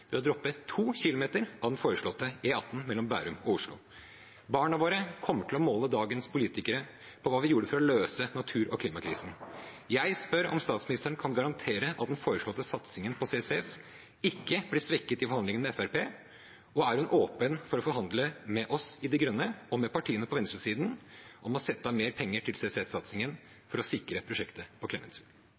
to kilometer av den foreslåtte E18 mellom Bærum og Oslo. Barna våre kommer til å måle dagens politikere på hva vi gjorde for å løse natur- og klimakrisen. Jeg spør om statsministeren kan garantere at den foreslåtte satsingen på CCS ikke blir svekket i forhandlingene med Fremskrittspartiet, og om hun er åpen for å forhandle med oss i De Grønne og med partiene på venstresiden om å sette av mer penger til CCS-satsingen for å sikre prosjektet på